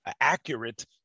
accurate